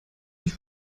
ich